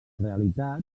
realitat